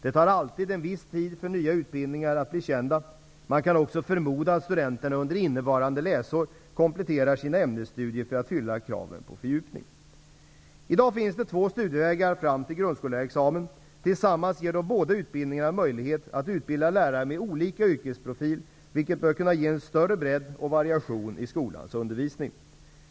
Det tar alltid en viss tid för nya utbildningar att bli kända. Man kan också förmoda att studenterna under innevarande läsår kompletterar sina ämnesstudier för att fylla kraven på fördjupning. I dag finns det två studievägar fram till grundskollärarexamen. Tillsammans ger de båda utbildningarna möjlighet att utbilda lärare med olika yrkesprofil, vilket bör kunna ge en större bredd och variation i skolans undervisning.